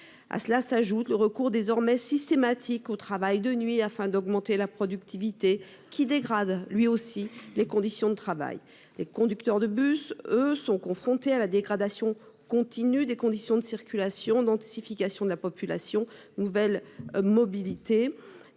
S'y ajoute le recours, désormais systématique, au travail de nuit, afin d'augmenter la productivité, ce qui dégrade également les conditions de travail. Les conducteurs de bus, eux, sont confrontés à la dégradation continue des conditions de circulation sous l'effet de la densification de la population et des nouvelles mobilités,